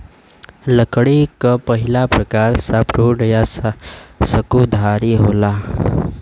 लकड़ी क पहिला प्रकार सॉफ्टवुड या सकुधारी होला